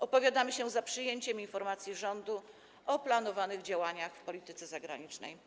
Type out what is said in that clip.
Opowiadamy się za przyjęciem informacji rządu o planowanych działaniach w polityce zagranicznej.